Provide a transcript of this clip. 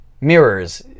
mirrors